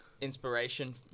Inspiration